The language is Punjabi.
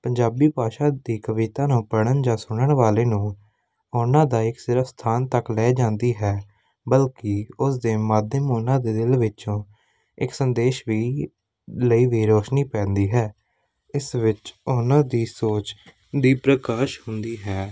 ਪੰਜਾਬੀ ਭਾਸ਼ਾ ਦੀ ਕਵਿਤਾ ਨੂੰ ਪੜ੍ਹਨ ਜਾਂ ਸੁਣਨ ਵਾਲੇ ਨੂੰ ਉਹਨਾਂ ਦਾ ਇੱਕ ਸਿਰਫ਼ ਸਥਾਨ ਤੱਕ ਲੈ ਜਾਂਦੀ ਹੈ ਬਲਕਿ ਉਸ ਦੇ ਮਾਧਿਅਮ ਉਹਨਾਂ ਦੇ ਦਿਲ ਵਿੱਚੋਂ ਇੱਕ ਸੰਦੇਸ਼ ਵੀ ਲਈ ਵੀ ਰੋਸ਼ਨੀ ਪੈਂਦੀ ਹੈ ਇਸ ਵਿੱਚ ਉਹਨਾਂ ਦੀ ਸੋਚ ਦੀ ਪ੍ਰਕਾਸ਼ ਹੁੰਦੀ ਹੈ